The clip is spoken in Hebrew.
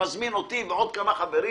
שמזמין אותי ועוד כמה חברים,